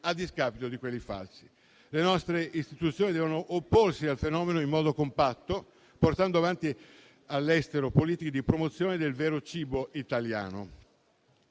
a discapito di quelli falsi. Le nostre istituzioni devono opporsi al fenomeno in modo compatto, portando avanti all'estero politiche di promozione del vero cibo italiano.